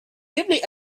deeply